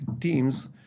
teams